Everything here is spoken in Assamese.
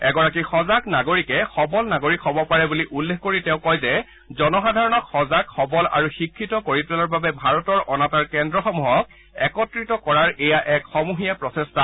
এগৰাকী সজাগ নাগৰিকে সবল নাগৰিক হব পাৰে বুলি উল্লেখ কৰি তেওঁ কয় যে জনসাধাৰণক সজাগ সবল আৰু শিক্ষিত কৰি তোলাৰ বাবে ভাৰতৰ অনাতাঁৰ কেন্দ্ৰসমূহক একত্ৰিত কৰাৰ এয়া এক সমূহীয়া প্ৰচেষ্টা